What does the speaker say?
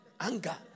Anger